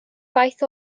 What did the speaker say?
faith